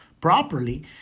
properly